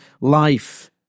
life